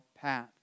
path